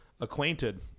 acquainted